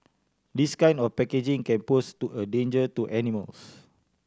this kind of packaging can pose to a danger to animals